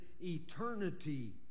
eternity